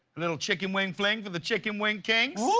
little chicken wing fling for the chicken wing kings. whoo!